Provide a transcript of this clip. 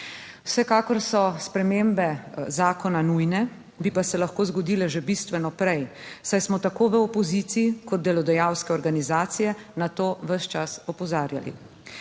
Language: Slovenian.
Vsekakor so spremembe zakona nujne, bi pa se lahko zgodile že bistveno prej, saj smo tako v opoziciji kot delodajalske organizacije na to ves čas opozarjali.